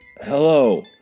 Hello